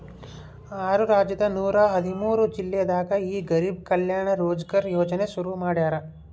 ಆರು ರಾಜ್ಯದ ನೂರ ಹದಿಮೂರು ಜಿಲ್ಲೆದಾಗ ಈ ಗರಿಬ್ ಕಲ್ಯಾಣ ರೋಜ್ಗರ್ ಯೋಜನೆ ಶುರು ಮಾಡ್ಯಾರ್